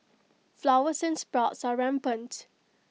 flowers and sprouts are rampant